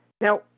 Now